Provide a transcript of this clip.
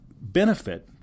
benefit